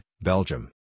Belgium